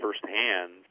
firsthand